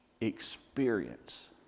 experience